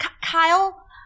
Kyle